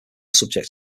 subject